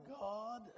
God